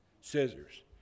scissors